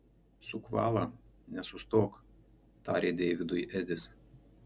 suk valą nenustok tarė deividui edis